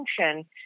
function